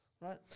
right